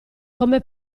come